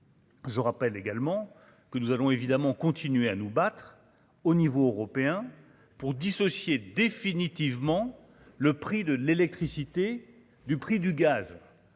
Je rappelle également que nous allons évidemment continuer à nous battre au niveau européen pour dissocier définitivement le prix de l'électricité du prix du gaz